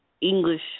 English